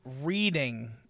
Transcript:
reading